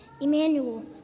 Emmanuel